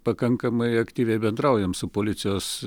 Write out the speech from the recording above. pakankamai aktyviai bendraujam su policijos